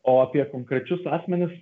o apie konkrečius asmenis